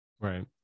Right